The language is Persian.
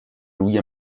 روی